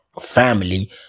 family